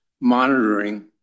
monitoring